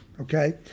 Okay